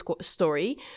story